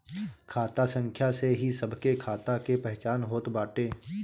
खाता संख्या से ही सबके खाता के पहचान होत बाटे